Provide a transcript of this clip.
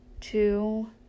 two